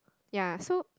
ya so